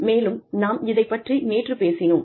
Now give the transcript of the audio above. மேலும் நாம் இதைப் பற்றி நேற்று பேசினோம்